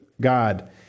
God